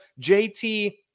JT